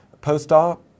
post-op